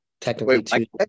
technically